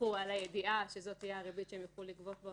והסתמכו על הידיעה שזאת תהיה הריבית שהם יוכלו לגבות בהוצאה לפועל.